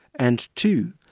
and two,